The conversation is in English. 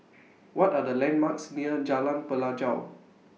What Are The landmarks near Jalan Pelajau